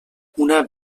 una